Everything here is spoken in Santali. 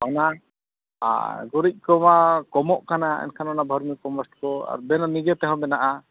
ᱚᱱᱟ ᱟᱨ ᱜᱩᱨᱤᱡ ᱠᱚᱢᱟ ᱠᱚᱢᱚᱜ ᱠᱟᱱᱟ ᱮᱱᱠᱷᱟᱱ ᱚᱱᱟ ᱵᱷᱟᱨᱢᱤ ᱠᱚᱢᱯᱚᱥᱴ ᱠᱚ ᱟᱵᱮᱱᱟᱜ ᱱᱤᱡᱮ ᱛᱮᱦᱚᱸ ᱵᱮᱱᱟᱜᱼᱟ